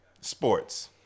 sports